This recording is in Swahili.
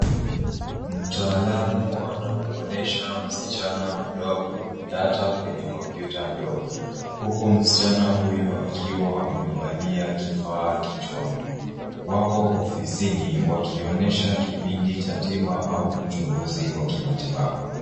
Mtaalamu anamuonyesha msichana mdogo data kwenye kompyuta ndogo, huku msichana huyu akiwa amevalia kifaa kichwani. Wako ofisini wakionyesha kipindi cha tiba au uchunguzi wa kimatibabu.